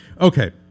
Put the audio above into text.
Okay